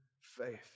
faith